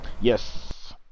Yes